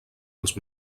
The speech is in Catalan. als